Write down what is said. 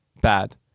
bad